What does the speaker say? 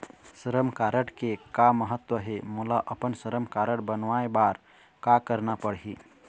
श्रम कारड के का महत्व हे, मोला अपन श्रम कारड बनवाए बार का करना पढ़ही?